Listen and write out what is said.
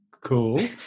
cool